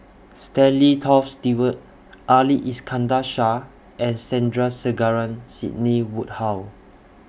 Stanley Toft Stewart Ali Iskandar Shah and Sandrasegaran Sidney Woodhull